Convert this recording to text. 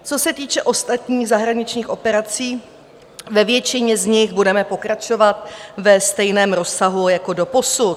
Co se týče ostatních zahraničních operací, ve většině z nich budeme pokračovat ve stejném rozsahu jako doposud.